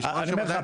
אני אומר לך,